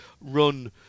run